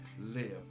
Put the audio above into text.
live